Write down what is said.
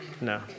No